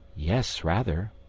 yes, rather,